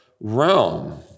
realm